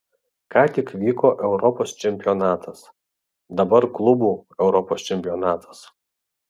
ką tik vyko europos čempionatas dabar klubų europos čempionatas